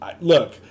Look